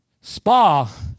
spa